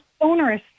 onerous